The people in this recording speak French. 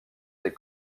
des